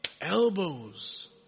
elbows